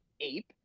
ape